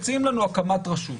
מציעים לנו הקמת רשות.